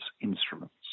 instruments